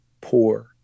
poor